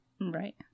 Right